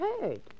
heard